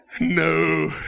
no